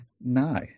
no